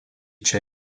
čia